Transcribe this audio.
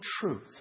truth